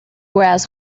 whereas